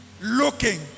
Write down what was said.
Looking